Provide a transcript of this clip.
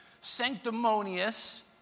sanctimonious